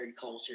culture